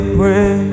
pray